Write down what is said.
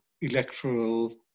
electoral